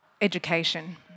education